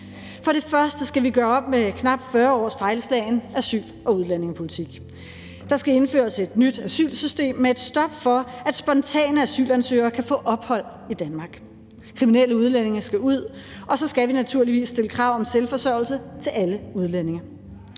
For det første skal vi gøre op med knap 40 års fejlslagen asyl- og udlændingepolitik. Der skal indføres et nyt asylsystem med et stop for, at spontane asylansøgere kan få ophold i Danmark. Kriminelle udlændinge skal ud, og så skal vi naturligvis stille krav om selvforsørgelse til alle udlændinge.